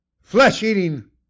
flesh-eating